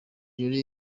jolly